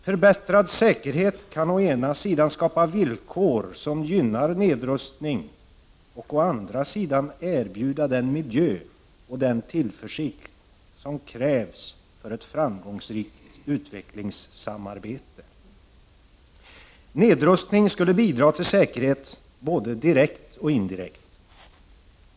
Förbättrad säkerhet kan å ena sidan skapa villkor som gynnar nedrustning och å andra sidan erbjuda den miljö och den tillförsikt som krävs för ett framgångsrikt utvecklingssamarbete. Nedrustning skulle bidra till säkerhet både direkt och indirekt.